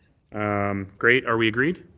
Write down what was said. um great. are we agreed?